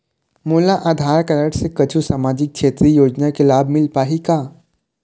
मोला आधार कारड से कुछू सामाजिक क्षेत्रीय योजना के लाभ मिल पाही का?